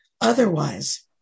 Otherwise